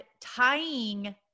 tying